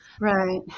Right